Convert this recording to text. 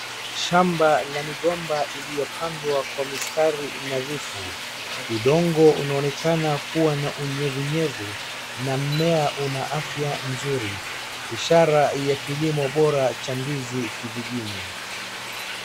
shama la migomba iliyopandwa kwa mistari nadhifu. Udongo unaonekana kuwa na unyevunyevu na mmea una afya nzuri ishara ya kilomo bora cha ndizi kijijini.